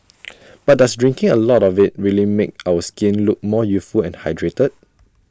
but does drinking A lot of IT really make our skin look more youthful and hydrated